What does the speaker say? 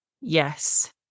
Yes